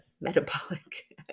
metabolic